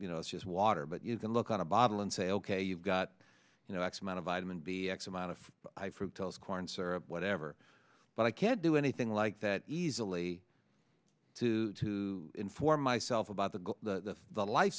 you know it's just water but you can look at a bottle and say ok you've got you know x amount of vitamin b x amount of corn syrup whatever but i can't do anything like that easily to to inform myself about the the the